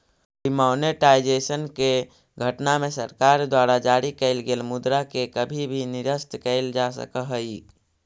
demonetisation के घटना में सरकार द्वारा जारी कैल गेल मुद्रा के कभी भी निरस्त कैल जा सकऽ हई